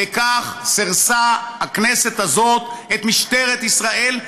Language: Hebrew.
וכך סירסה הכנסת הזאת את משטרת ישראל,